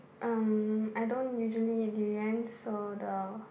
um I don't usually eat durian so the